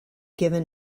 given